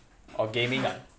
or gaming ah